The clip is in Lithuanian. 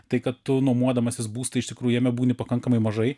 tai kad tu nuomodamasis būstą iš tikrų jame būni pakankamai mažai